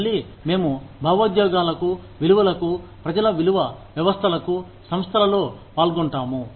మళ్ళీ మేము భావోద్వేగాలకు విలువలకు ప్రజల విలువ వ్యవస్థలకు సంస్థలలో పాల్గొంటాము